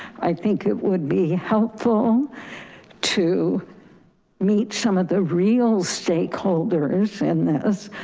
i think it would be helpful to meet some of the real stakeholders in this,